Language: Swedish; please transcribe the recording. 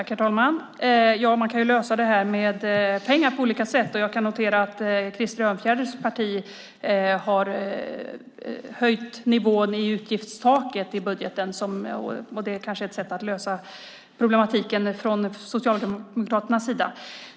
Herr talman! Man kan lösa detta med pengar på olika sätt. Jag noterar att Krister Örnfjäders parti har höjt nivån på utgiftstaket i budgeten, och det kanske är ett sätt att lösa problematiken från Socialdemokraternas sida.